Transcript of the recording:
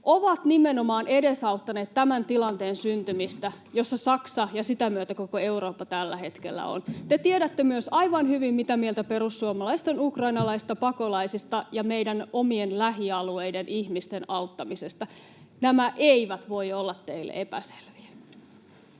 ovat nimenomaan edesauttaneet tämän tilanteen syntymistä, jossa Saksa ja sen myötä koko Eurooppa tällä hetkellä on. Te tiedätte myös aivan hyvin, mitä mieltä perussuomalaiset ovat ukrainalaisista pakolaisista ja meidän omien lähialueidemme ihmisten auttamisesta. Nämä eivät voi olla teille epäselviä.